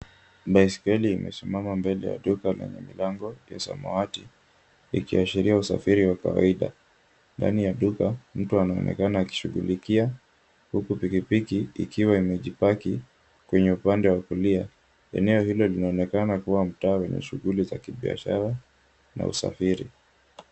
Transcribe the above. Baiskeli imesimama mbele ya duka yenye mlango ya samawati ikiashiria usafiri wa kawaida. Ndani ya duka mtu anaonekana akishughulikia huku pikipiki ikiwa imejipaki kwenye upande wa kulia. Eneo hilo linaonekana kuwa mtaa wenye shughuli za kibiashara na usafiri.